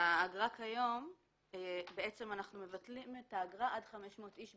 בעצם אנחנו מבטלים את האגרה בכלל עד 500 איש.